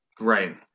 Right